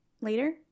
later